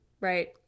right